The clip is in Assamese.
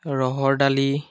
ৰহৰ দালি